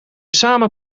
samen